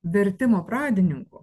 vertimo pradininku